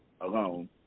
alone